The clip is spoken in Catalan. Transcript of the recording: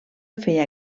feia